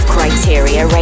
Criteria